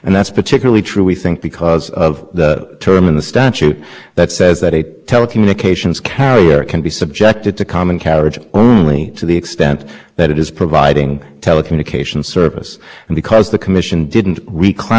the back half and call it a separate edge providing service but in some sense you could also look at that and say it's the second half of the service that's being provided to the end user because that part of it's essential to make sure that the request made by the end